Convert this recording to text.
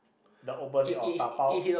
the opposite of dabao